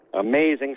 Amazing